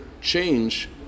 change